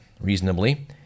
reasonably